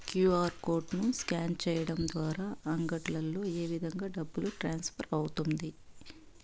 QR code ను scan సేయడం ద్వారా అంగడ్లలో ఏ విధంగా డబ్బు ట్రాన్స్ఫర్ అవుతుంది